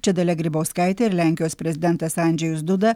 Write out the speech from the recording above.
čia dalia grybauskaitė ir lenkijos prezidentas andžejus duda